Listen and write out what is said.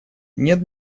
нет